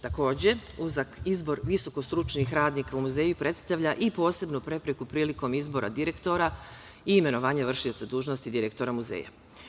Takođe, uzak izbor visokostručnih radnika u muzeju predstavlja i posebnu prepreku prilikom izbora direktora i imenovanje vršioca dužnosti direktora muzeja.